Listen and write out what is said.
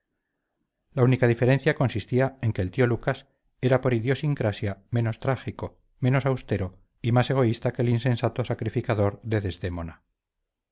la única diferencia consistía en que el tío lucas era por idiosincrasia menos trágico menos austero y más egoísta que el insensato sacrificador de desdémona